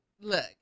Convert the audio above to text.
Look